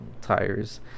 tires